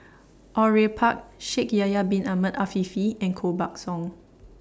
Au Yue Pak Shaikh Yahya Bin Ahmed Afifi and Koh Buck Song